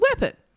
weapon